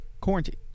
quarantine